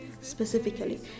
specifically